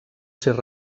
ser